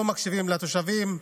לא מקשיבים לתושבים,